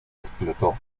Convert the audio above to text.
explotó